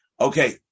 Okay